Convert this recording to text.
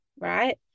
right